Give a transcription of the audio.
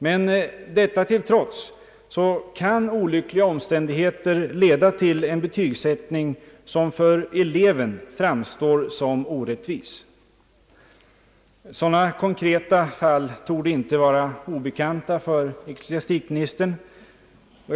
Men detta till trots kan olyckliga omständigheter leda till en betygssättning som för eleven framstår såsom orättvis. Sådana konkreta fall torde inte vara obekanta för ecklesiastikministern.